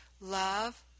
love